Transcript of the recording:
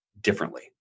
differently